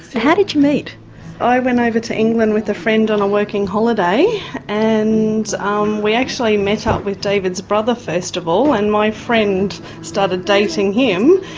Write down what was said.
how did i went over to england with a friend on a working holiday and ah um we actually met up with david's brother first of all and my friend started dating him.